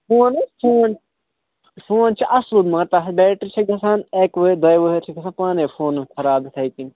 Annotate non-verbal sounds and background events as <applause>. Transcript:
phone حظ phone phone چھُ اَصٕل مگر <unintelligible> بیٹرٛی چھےٚ گَژھان اَکہِ ؤہٕرۍ دۄیہِ ؤہٕرۍ چھِ گَژھان پانَے فون <unintelligible> خراب یِتھَے کٔنۍ